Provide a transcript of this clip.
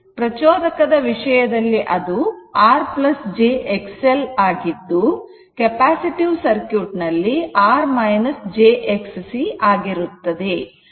ಪ್ರಚೋದಕದ ವಿಷಯ ದಲ್ಲಿ R j XL ಆಗಿದ್ದು ಕೆಪ್ಯಾಸಿಟಿವ್ ಸರ್ಕ್ಯೂಟ್ ನಲ್ಲಿ R j Xc ಆಗಿರುತ್ತದೆ